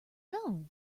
know